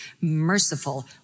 merciful